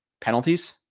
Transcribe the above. Penalties